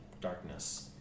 darkness